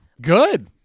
Good